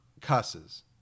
cusses